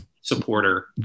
supporter